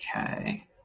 Okay